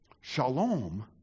Shalom